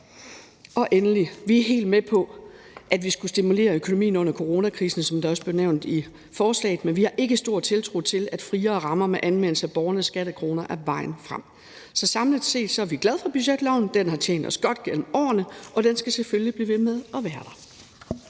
er Konservative helt med på, at vi skulle stimulere økonomien under coronakrisen, som det også bliver nævnt i forslaget, men vi har ikke stor tiltro til, at friere rammer til anvendelse af borgernes skattekroner er vejen frem. Så samlet set er vi glade for budgetloven. Den har tjent os godt gennem årene, og den skal selvfølgelig blive ved med at være der.